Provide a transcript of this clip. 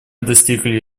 достигли